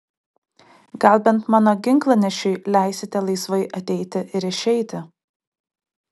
gal bent mano ginklanešiui leisite laisvai ateiti ir išeiti